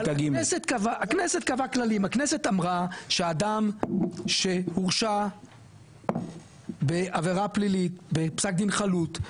הכנסת אמרה שאדם שהורשע בעבירה פלילית בפסק דין חלוט,